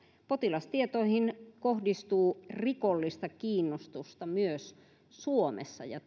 potilastietoihin kohdistuu rikollista kiinnostusta myös suomessa ja